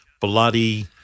bloody